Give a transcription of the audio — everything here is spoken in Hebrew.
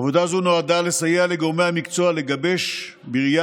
עבודה זו נועדה לסייע לגורמי המקצוע לגבש בראייה